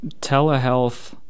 telehealth